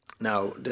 Now